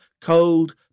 cold